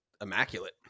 immaculate